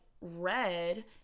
Red